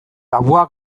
tabua